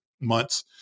months